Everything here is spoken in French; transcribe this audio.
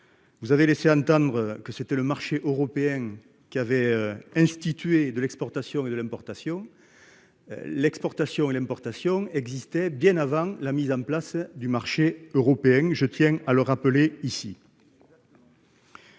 Vous avez laissé entendre que c'était le marché européen qui avait institué de l'exportation et de l'importation. L'exportation et l'importation existait bien avant la mise en place du marché européen. Je tiens à le rappeler ici.